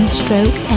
stroke